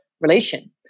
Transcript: relation